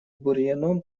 бурьяном